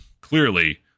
clearly